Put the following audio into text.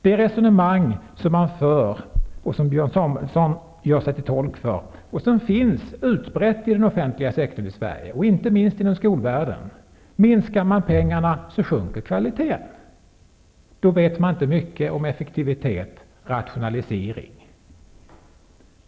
Det resonemang som Björn Samuelson gör sig till tolk för är utbrett i den offentliga sektorn i Sverige, inte minst inom skolvärlden: Minskar man pengarna, så sjunkter kvaliteten. Men den som påstår det vet inte mycket om effektivitet och rationalisering.